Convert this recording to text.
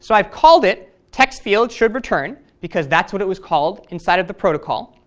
so i've called it textfieldshouldreturn because that's what it was called inside of the protocol.